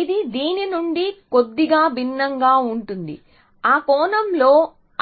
ఇది దీని నుండి కొద్దిగా భిన్నంగా ఉంటుంది ఆ కోణంలో